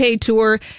tour